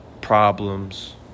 problems